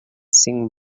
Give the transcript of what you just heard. cinc